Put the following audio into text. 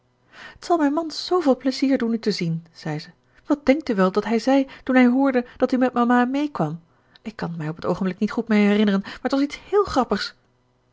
t zal mijn man zooveel pleizier doen u te zien zei ze wat denkt u wel dat hij zei toen hij hoorde dat u met mama meekwam ik kan t mij op t oogenblik niet goed meer herinneren maar t was iets héél grappigs